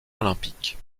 olympiques